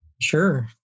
Sure